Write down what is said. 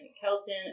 Kelton